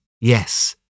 Yes